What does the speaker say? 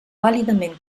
vàlidament